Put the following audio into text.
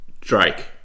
Drake